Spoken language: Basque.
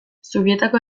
zubietako